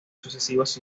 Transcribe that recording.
sucesivas